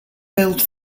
billed